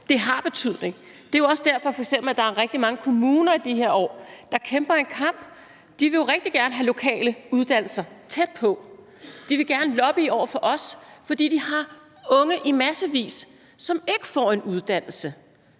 på har betydning. Det er også derfor, at der f.eks. er rigtig mange kommuner i de her år, der kæmper en kamp. De vil jo rigtig gerne have lokale uddannelser tæt på. De vil gerne lobbye over for os, fordi de har unge i massevis, som ikke får en uddannelse